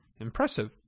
Impressive